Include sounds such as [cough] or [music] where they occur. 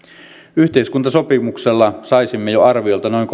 yhteiskuntasopimuksella saisimme jo arviolta noin [unintelligible]